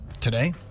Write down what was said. Today